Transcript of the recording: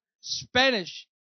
Spanish